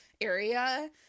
area